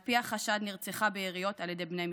על פי החשד, נרצחה ביריות על ירי בני משפחתה,